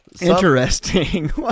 Interesting